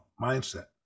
mindset